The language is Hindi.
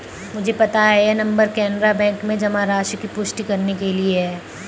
मुझे पता है यह नंबर कैनरा बैंक में जमा राशि की पुष्टि करने के लिए है